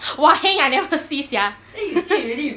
!wah! heng I never see sia